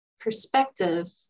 perspective